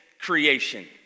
creation